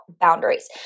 boundaries